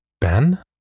Ben